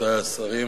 רבותי השרים,